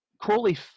Crowley